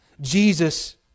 Jesus